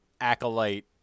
acolyte